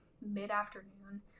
mid-afternoon